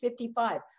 55